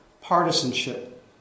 partisanship